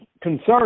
concern